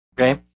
okay